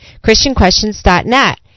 ChristianQuestions.net